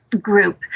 group